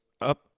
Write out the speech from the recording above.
up